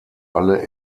alle